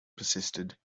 persisted